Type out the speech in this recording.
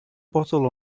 bottle